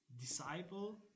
disciple